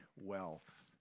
wealth